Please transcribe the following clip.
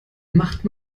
macht